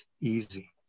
easy